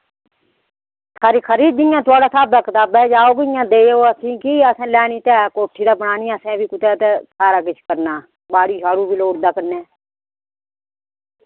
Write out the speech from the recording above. खरी खरी जियां थुआढ़े स्हाबै कताबै होग तां देओ असें लैनी ते ऐ कोठी पानी ते सारा कुछ करना बाड़ी बी लोड़दा कन्नै